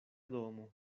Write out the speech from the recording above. domo